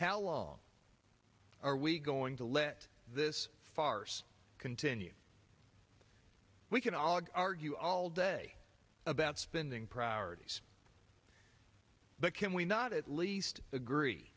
how long are we going to let this farce continue we can all of our view all day about spending priorities but can we not at least agree